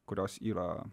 kurios yra